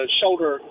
shoulder